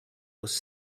was